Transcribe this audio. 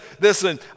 listen